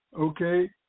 okay